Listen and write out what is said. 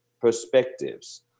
perspectives